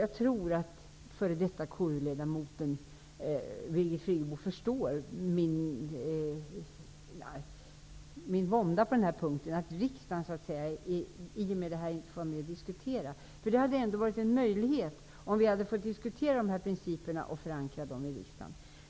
Jag tror att f.d. KU-ledamoten Birgit Friggebo förstår min vånda i det fallet, dvs. att riksdagen inte får vara med och diskutera. Det hade ändå varit möjligt att diskutera de här principerna i riksdagen och att förankra dem här.